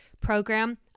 program